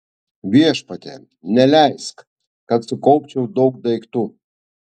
viešpatie neleisk kad sukaupčiau daug daiktų